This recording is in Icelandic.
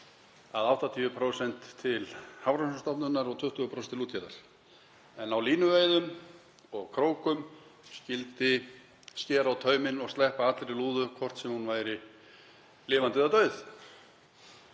færu til Hafrannsóknastofnunar og 20% til útgerðar. En á línuveiðum og krókum skyldi skera á tauminn og sleppa allri lúðu, hvort sem hún væri lifandi eða dauð.